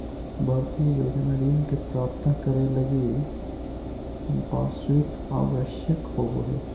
भारतीय योजना ऋण के प्राप्तं करे लगी संपार्श्विक आवश्यक होबो हइ